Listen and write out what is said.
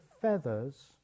feathers